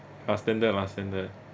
ah standard lah standard